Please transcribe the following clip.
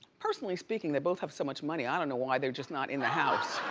personally speaking, they both have so much money i don't know why they're just not in the house.